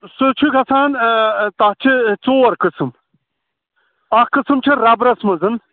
سُہ چھُ گژھان تَتھ چھِ ژور قٕسٕم اَکھ قٕسٕم چھِ رَبرَس منٛز